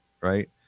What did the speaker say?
right